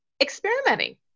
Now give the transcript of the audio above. experimenting